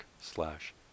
slash